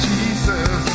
Jesus